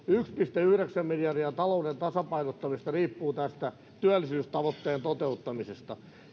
yksi pilkku yhdeksän miljardia talouden tasapainottamista riippuu tästä työllisyystavoitteen toteuttamisesta